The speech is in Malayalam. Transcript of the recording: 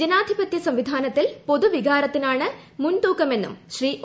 ജനാധിപത്യ സംവിധാനത്തിൽ പൊതു വികാരത്തിനാണ് മുൻതൂക്കമെന്നും ശ്രീ ഒ